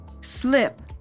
slip